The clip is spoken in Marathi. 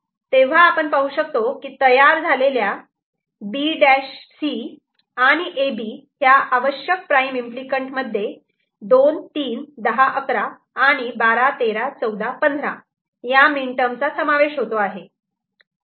हे तेव्हा आपण पाहू शकतो की तयार झालेल्या B' C आणि A B या आवश्यक प्राईम इम्पली कँट मध्ये 2 3 10 11 and 12 13 14 15 या मीन टर्म चा समावेश होतो आहे